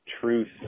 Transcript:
truth